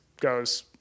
goes